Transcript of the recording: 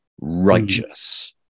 righteous